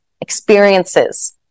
experiences